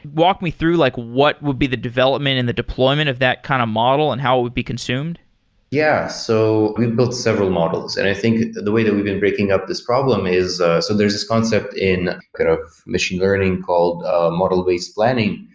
walk me through like what would be the development and the deployment of that kind of model and how it would be consumed yeah. so we've built several models. and i think the way that we've been breaking up this problem is so there's this concept in kind of machine learning called ah model waste planning,